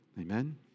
Amen